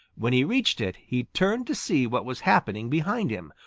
when he reached it, he turned to see what was happening behind him,